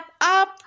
up